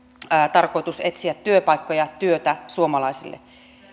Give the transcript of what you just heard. tarkoitus etsiä työpaikkoja työtä suomalaisille